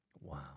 Wow